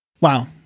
Wow